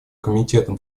комитетом